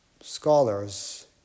scholars